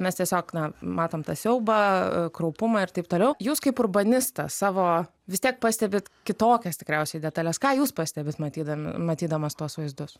mes tiesiog na matom tą siaubą kraupumą ir taip toliau jūs kaip urbanistas savo vis tiek pastebit kitokias tikriausiai detales ką jūs pastebit matydami matydamas tuos vaizdus